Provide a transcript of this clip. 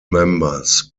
members